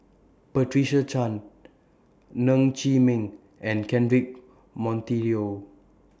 Patricia Chan Ng Chee Meng and Cedric Monteiro